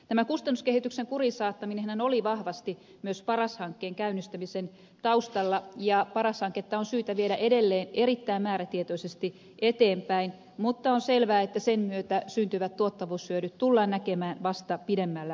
tämä kustannuskehityksen kuriin saattaminenhan oli vahvasti myös paras hankkeen käynnistämisen taustalla ja paras hanketta on syytä viedä edelleen erittäin määrätietoisesti eteenpäin mutta on selvää että sen myötä syntyvät tuottavuushyödyt tullaan näkemään vasta pidemmällä aikavälillä